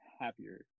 happier